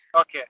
Okay